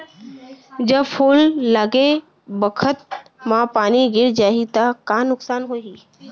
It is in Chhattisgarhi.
जब फूल लगे बखत म पानी गिर जाही त का नुकसान होगी?